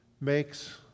makes